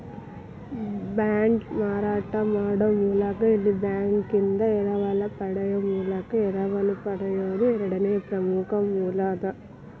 ಬಾಂಡ್ನ ಮಾರಾಟ ಮಾಡೊ ಮೂಲಕ ಇಲ್ಲಾ ಬ್ಯಾಂಕಿಂದಾ ಎರವಲ ಪಡೆಯೊ ಮೂಲಕ ಎರವಲು ಪಡೆಯೊದು ಎರಡನೇ ಪ್ರಮುಖ ಮೂಲ ಅದ